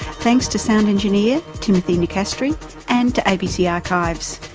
thanks to sound engineer, timothy nicastri and to abc archives.